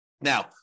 Now